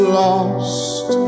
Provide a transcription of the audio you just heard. lost